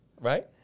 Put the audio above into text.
right